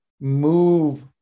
move